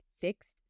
fixed